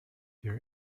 their